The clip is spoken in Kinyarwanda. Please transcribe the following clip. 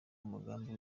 umugambi